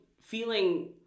feeling